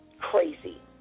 crazy